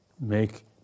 make